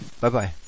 Bye-bye